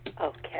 Okay